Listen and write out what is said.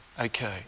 Okay